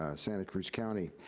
santa cruz county,